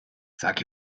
sag